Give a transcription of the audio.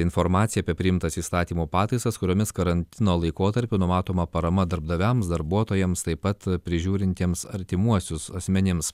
informaciją apie priimtas įstatymų pataisas kuriomis karantino laikotarpiu numatoma parama darbdaviams darbuotojams taip pat prižiūrintiems artimuosius asmenims